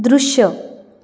दृश्य